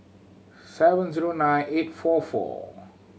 seven zero nine eight four four